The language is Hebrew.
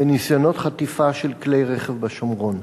וניסיונות חטיפה של כלי-רכב בשומרון.